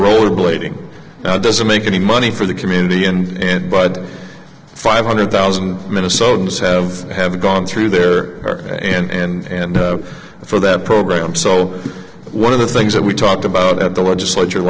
rollerblading now doesn't make any money for the community and but five hundred thousand minnesotans have have gone through there and for that program so one of the things that we talked about at the legislature